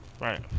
Right